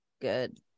good